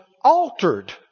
altered